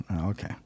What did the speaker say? Okay